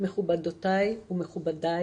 מכובדותיי ומכובדיי,